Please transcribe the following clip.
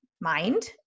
mind